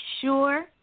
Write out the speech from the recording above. sure